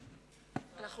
אדוני היושב-ראש,